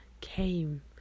came